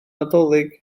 nadolig